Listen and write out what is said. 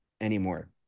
anymore